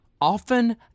often